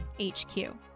HQ